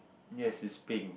yes is pink